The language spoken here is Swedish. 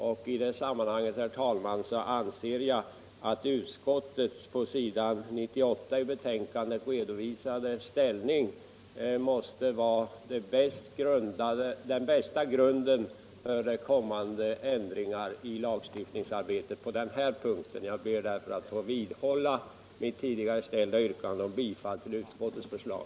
Jag anser, herr talman, att utskottets på s. 98 i betänkandet redovisade ställningstagande måste vara den bästa grunden för kommande ändringar i lagstiftningsarbetet på den här punkten. Därför ber jag att få vidhålla mitt tidigare ställda yrkande om bifall till utskottets förslag.